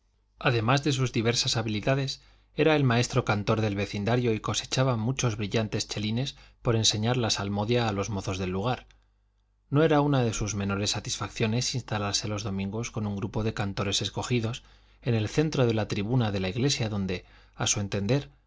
además de sus diversas habilidades era el maestro cantor del vecindario y cosechaba muchos brillantes chelines por enseñar la salmodia a los mozos del lugar no era una de sus menores satisfacciones instalarse los domingos con un grupo de cantores escogidos en el centro de la tribuna de la iglesia donde a su entender